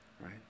right